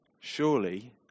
surely